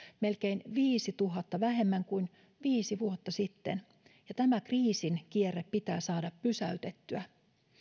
melkein viisituhatta opiskelijaa vähemmän kuin viisi vuotta sitten ja tämä kriisin kierre pitää saada pysäytettyä